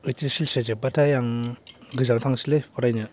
ओइसएसएलसिआ जोबबाथाय आं गोजानाव थांनोसैलै फरायनो